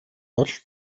бол